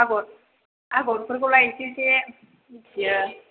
आगर आगरफोरखौलाय एसे एसे मोनथियो